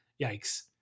yikes